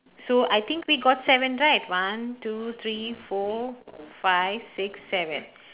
so I think we got seven right one two three four five six seven